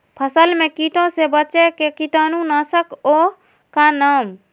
फसल में कीटों से बचे के कीटाणु नाशक ओं का नाम?